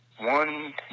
one